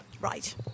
Right